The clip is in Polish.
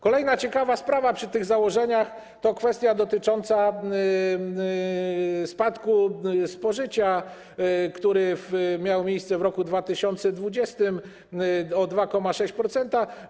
Kolejna ciekawa sprawa przy tych założeniach to kwestia dotycząca spadku spożycia, który miał miejsce w roku 2020, o 2,6%.